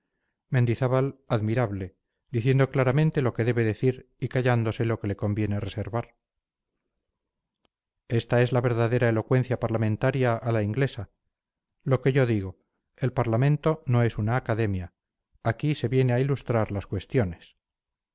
mendizábal admirable diciendo claramente lo que debe decir y callándose lo que le conviene reservar esta es la verdadera elocuencia parlamentaria a la inglesa lo que yo digo el parlamento no es una academia aquí se viene a ilustrar las cuestiones